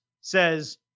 says